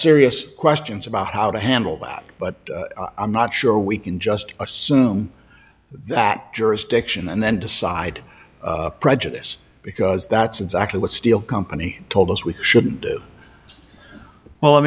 serious questions about how to handle that but i'm not sure we can just assume that jurisdiction and then decide prejudice because that's exactly what steele company told us we shouldn't do well let